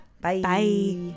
Bye